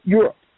Europe